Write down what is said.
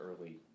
early